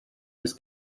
was